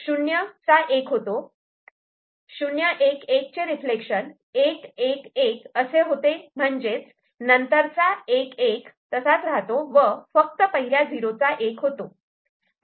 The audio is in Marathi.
011 चे रिफ्लेक्शन 111असे होते म्हणजेच नंतरचा 11 तसेच राहतो व फक्त पहिल्या झिरोचा एक होतो